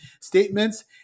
statements